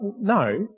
No